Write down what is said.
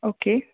okay